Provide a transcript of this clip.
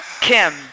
Kim